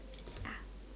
ya